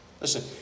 Listen